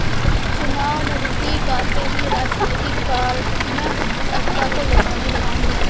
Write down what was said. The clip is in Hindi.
चुनाव नजदीक आते ही राजनीतिक पार्टियां जनता को लुभाने लगती है